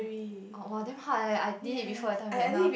oh !woah! damn hard eh I did it before that time in Vietnam